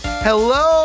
Hello